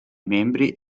membri